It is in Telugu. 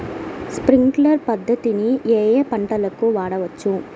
స్ప్రింక్లర్ పద్ధతిని ఏ ఏ పంటలకు వాడవచ్చు?